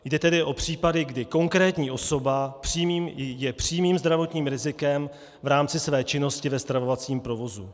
Jde tedy o případy, kdy konkrétní osoba je přímým zdravotním rizikem v rámci své činnosti ve stravovacím provozu.